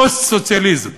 הפוסט-סוציאליזם,